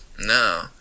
No